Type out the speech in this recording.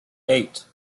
eight